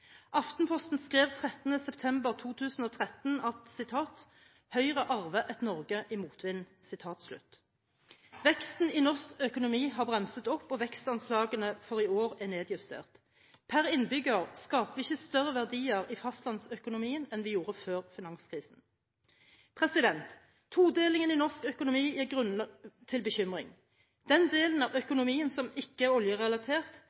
Aftenposten skrev 13. september 2013 at «Høyre arver et Norge i motvind». Veksten i norsk økonomi har bremset opp, og vekstanslagene for i år er nedjustert. Per innbygger skaper vi ikke større verdier i fastlandsøkonomien enn vi gjorde før finanskrisen. Todelingen i norsk økonomi gir grunn til bekymring. Den delen av økonomien som ikke er oljerelatert